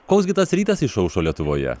koks gi tas rytas išaušo lietuvoje